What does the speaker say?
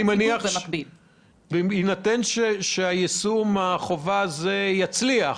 בהינתן שיישום החובה הזה יצליח,